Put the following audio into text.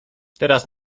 teraz